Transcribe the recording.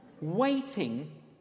waiting